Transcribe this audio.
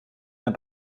n’as